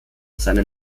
seine